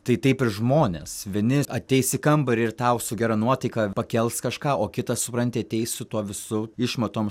tai taip ir žmonės vieni ateis į kambarį ir tau su gera nuotaika pakels kažką o kitą supranti ateis su tuo visu išmatom